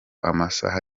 amasaha